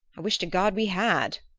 i wish to god we had!